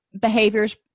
behaviors